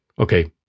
okay